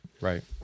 Right